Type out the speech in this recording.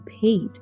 paid